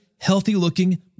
healthy-looking